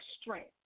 strength